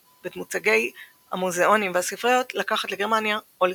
ואת מוצגי המוזיאונים והספריות – לקחת לגרמניה או לשרוף.